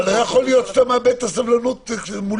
אבל לא יכול להיות שאתה מאבד את הסבלנות מולי.